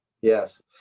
Yes